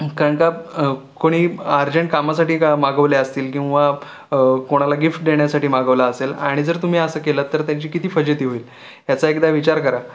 कारण का कोणी अर्जंट कामासाठी का मागवले असतील किंवा कोणाला गिफ्ट देण्यासाठी मागवला असेल आणि जर तुम्ही असं केलं तर त्यांची किती फजिती होईल याचा एकदा विचार करा